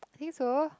I think so